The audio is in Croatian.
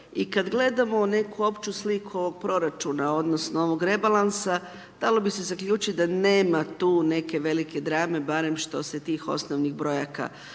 I kada gledamo neku opću sliku proračuna, odnosno, ovog rebalansa, dalo bi se zaključiti da nema tu neke velike drame barem što se tih osnovnih brojaka